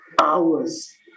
hours